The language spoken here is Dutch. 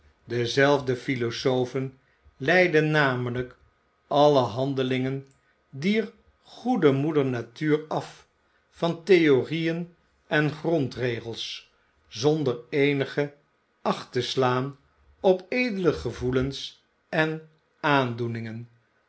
diezelfde philosofen leiden namelijk i alle handelingen dier goede moeder natuur af van theorieën en grondregels zonder eenige acht te slaan op edele gevoelens en aandoeningen